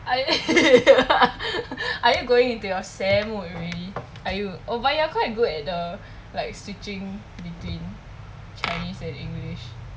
are you going into your seh mode already are you oh but you are quite good at the like switching between chinese and english